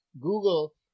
Google